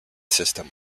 system